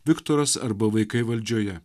viktoras arba vaikai valdžioje